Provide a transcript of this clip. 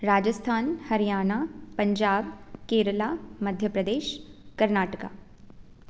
Rajasthan Haryana Punjab Kerala Madhya Pradesh Karnataka